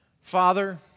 Father